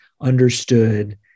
understood